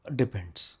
depends